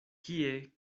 kie